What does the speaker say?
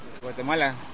Guatemala